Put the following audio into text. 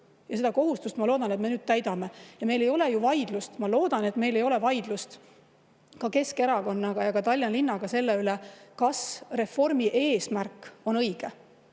Seda kohustust, ma loodan, me nüüd täidame. Meil ei ole ju vaidlust, ma loodan, et meil ei ole vaidlust ka Keskerakonna ja Tallinna linnaga selle üle, kas reformi eesmärk on õige.